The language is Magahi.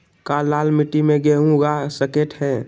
क्या लाल मिट्टी में गेंहु उगा स्केट है?